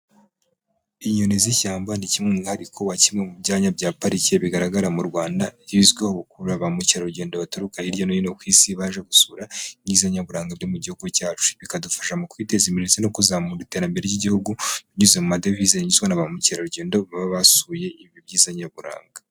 Inyoni z'ishyamba ni kimwe mu mwihariko wa kimwe mu byanya bya parike bigaragara mu Rwanda bizwiho gukurura ba mukerarugendo baturuka hirya no hino ku isi, baje gusura ibyiza nyaburanga byo mu Gihugu cyacu. Bikadufasha mu kwiteza imbere ndetse no kuzamura iterambere ry'Igihugu binyuze mu madevize yinjizwa na ba mukerarugendo baba basuye ibi byiza nyaburanga.